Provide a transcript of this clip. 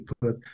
put